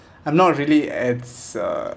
I'm not really as a